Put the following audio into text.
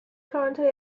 currently